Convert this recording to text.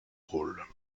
rôle